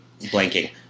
blanking